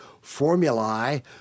formulae